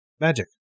magic